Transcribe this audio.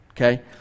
okay